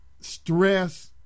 stress